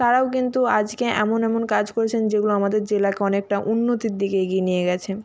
তারাও কিন্তু আজকে এমন এমন কাজ করেছেন যেগুলো আমাদের জেলাকে অনেকটা উন্নতির দিকে এগিয়ে নিয়ে গেছে